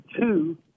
two